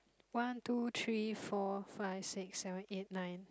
one two three four five six seven eight nine